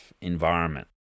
environment